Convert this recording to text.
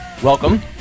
Welcome